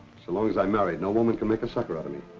so long as i'm married, no woman can make a sucker out of me.